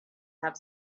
have